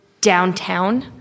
downtown